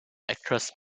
actress